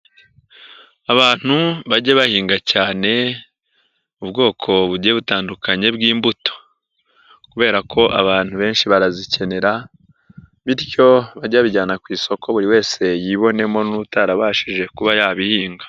Abantu bajye bahinga cyane ubwoko bugiye butandukanye bw'imbuto kubera ko abantu benshi barazikenera, bityo bajye bijyana ku isoko buri wese yibonemo n'utarabashije kuba yabihinga.